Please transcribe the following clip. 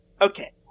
okay